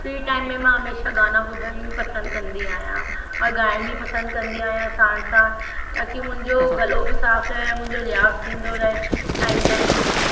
free time में मां हमेशह गाना ॿुधण ई पसंदि कंदी आहियां औरि ॻाइण बि पसंद कंदी आहियां साण साण ताकी मुंहिंजो गलो बि साफ़ रहे ऐं मुंहिंजो रियाज़ थींदो रहे टाइम टाइम ते